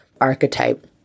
archetype